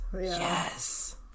Yes